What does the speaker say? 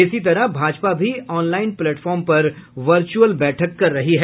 इसी तरह भाजपा भी ऑनलाईन प्लेटफार्म पर वर्चुअल बैठक कर रही है